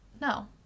No